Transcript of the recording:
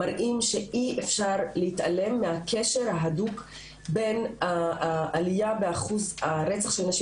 מראים שאי אפשר להתעלם מהקשר ההדוק בין העליה באחוז הרצח של נשים